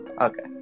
Okay